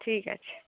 ঠিক আছে